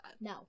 No